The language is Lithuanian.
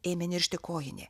ėmė niršti kojinė